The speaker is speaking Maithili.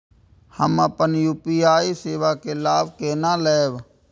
हम अपन यू.पी.आई सेवा के लाभ केना लैब?